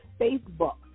Facebook